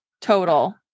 Total